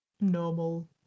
normal